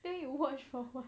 then you watch for what